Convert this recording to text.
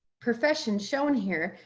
profession shown here.